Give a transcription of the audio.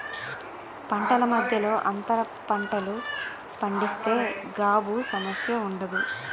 పంటల మధ్యలో అంతర పంటలు పండిస్తే గాబు సమస్య ఉండదు